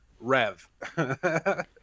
Rev